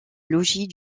logis